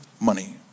money